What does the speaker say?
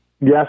yes